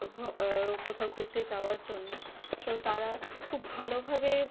ভ্রো কোথাও ঘুরতে যাওয়ার জন্য তো তারা খুব ভালোভাবে